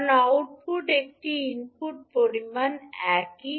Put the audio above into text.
কারণ আউটপুট একটি ইনপুট পরিমাণ একই